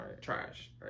trash